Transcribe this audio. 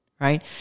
right